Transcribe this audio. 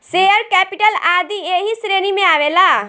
share capital आदी ऐही श्रेणी में आवेला